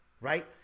right